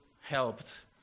helped